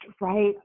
right